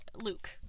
luke